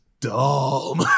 Dumb